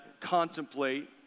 contemplate